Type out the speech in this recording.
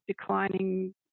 declining